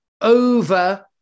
over